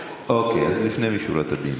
אוקיי, אז לפנים משורת הדין.